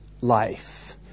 life